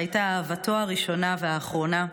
שהייתה אהבתו הראשונה והאחרונה,